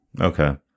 okay